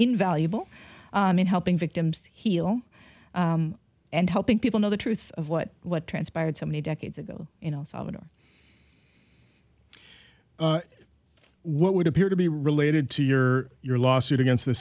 invaluable in helping victims heal and helping people know the truth of what what transpired so many decades ago you know salvador what would appear to be related to your your lawsuit against the